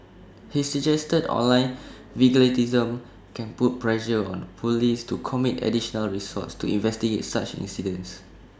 he suggested online vigilantism can put pressure on Police to commit additional resources to investigate such incidents